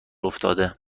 افتاده